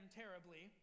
terribly